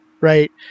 Right